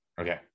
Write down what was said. okay